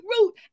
root